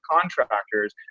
contractors